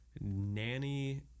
Nanny